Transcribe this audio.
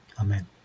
Amen